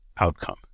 outcome